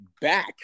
back